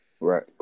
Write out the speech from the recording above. Right